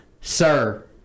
sir